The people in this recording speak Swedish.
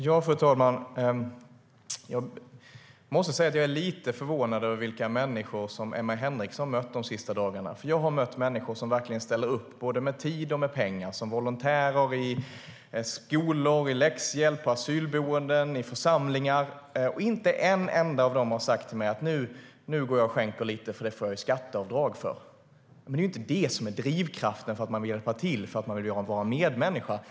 Fru talman! Jag måste säga att jag är lite förvånad över vilka människor Emma Henriksson mött de sista dagarna. Jag har mött människor som verkligen ställer upp med både tid och pengar, som volontärer i skolor, med läxhjälp, på asylboenden och i församlingar. Inte en enda av dem har sagt: Nu går jag och skänker lite, för det får jag göra skatteavdrag för. Det är ju inte detta som är drivkraften för att man vill hjälpa till och vara en medmänniska.